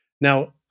Now